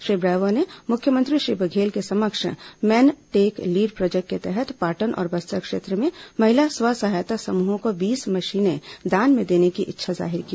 Shri Bravo ने मुख्यमंत्री श्री बघेल के समक्ष मेन टेक लीड प्रोजेक्ट के तहत पाटन और बस्तर क्षेत्र में महिला स्व सहायता समूहों को बीस मशीनें दान में देने की इच्छा जाहिर की